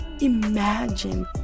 imagine